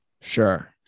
Sure